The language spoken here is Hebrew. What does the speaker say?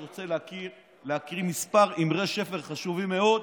אני רוצה להקריא כמה אמרי שפר חשובים מאוד,